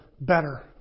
Better